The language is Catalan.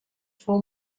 fou